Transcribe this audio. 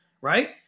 Right